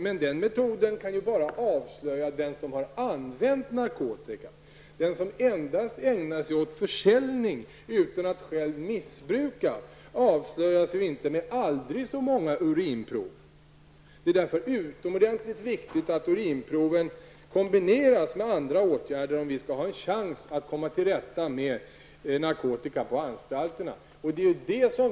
Men den metoden kan bara avslöja den som själv använt narkotika. Den som endast ägnar sig åt försäljning av narkotika och som själv inte missbrukar avslöjas ju inte, hur många urinprov som än görs. Det är därför utomordentligt viktigt att urinprov kombineras med andra åtgärder, för annars har vi inte en chans att komma till rätta med narkotikan på anstalterna.